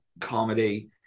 comedy